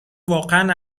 واقعا